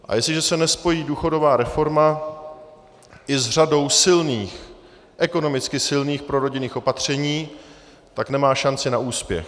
A jestliže se nespojí důchodová reforma i s řadou silných, ekonomicky silných prorodinných opatření, tak nemá šanci na úspěch.